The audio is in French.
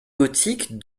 gothique